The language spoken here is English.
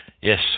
Yes